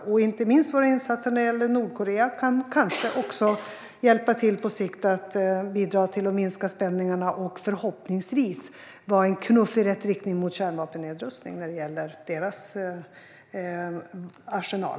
Inte minst kanske våra insatser när det gäller Nordkorea på sikt kan hjälpa till att bidra till minskade spänningar och förhoppningsvis vara en knuff i rätt riktning mot kärnvapennedrustning när det gäller deras arsenal.